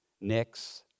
Nick's